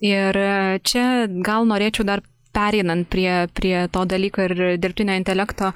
ir čia gal norėčiau dar pereinant prie prie to dalyko ir dirbtinio intelekto